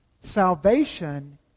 Salvation